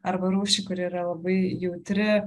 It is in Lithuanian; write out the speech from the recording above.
arba rūšį kuri yra labai jautri